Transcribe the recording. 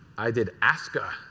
i did aska.